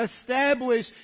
establish